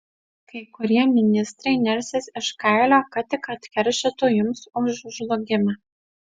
kai kurie ministrai nersis iš kailio kad tik atkeršytų jums už žlugimą